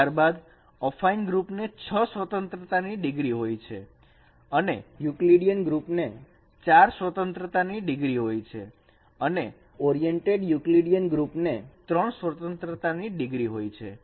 ત્યારબાદ અફાઈન ગ્રુપને 6 સ્વતંત્રતાની ડિગ્રી હોય છે અને યુકલીડીયન ગ્રુપને 4 સ્વતંત્રતાની ડિગ્રી હોય છે અને ઓરિએન્ટેડ યુકલીડીયન ગ્રુપને 3 સ્વતંત્રતાની ડિગ્રી હોય છે